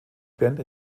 band